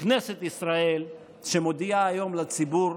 ככנסת ישראל מודיעה היום לציבור: